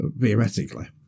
theoretically